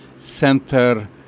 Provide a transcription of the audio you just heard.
Center